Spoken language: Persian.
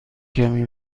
کمی